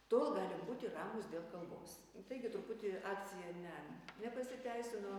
tol galim būti ramūs dėl kalbos taigi truputį akcija ne nepasiteisino